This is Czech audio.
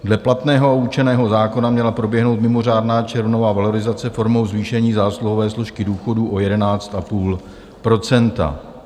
Dle platného a určeného zákona měla proběhnout mimořádná červnová valorizace formou zvýšení zásluhové složky důchodů o 11,5 %.